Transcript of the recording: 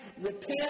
Repent